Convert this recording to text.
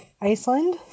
Iceland